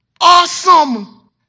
awesome